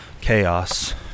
chaos